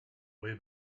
way